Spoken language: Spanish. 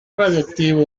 radiactivo